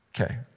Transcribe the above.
Okay